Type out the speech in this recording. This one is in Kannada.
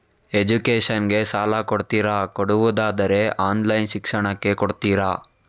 ಎಜುಕೇಶನ್ ಗೆ ಸಾಲ ಕೊಡ್ತೀರಾ, ಕೊಡುವುದಾದರೆ ಆನ್ಲೈನ್ ಶಿಕ್ಷಣಕ್ಕೆ ಕೊಡ್ತೀರಾ?